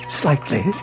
slightly